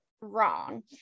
wrong